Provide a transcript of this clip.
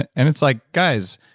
and and it's like, guys,